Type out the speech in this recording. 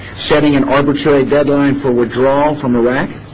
setting an arbitrary deadline for withdrawal from iraq